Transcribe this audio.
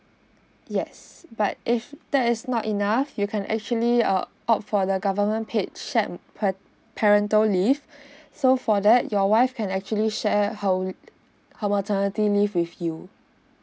yes but if that is not enough you can actually err opt for the government paid shame pat parental leave so for that your wife can actually share her her maternity leave with you